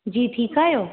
जी ठीकु आहियो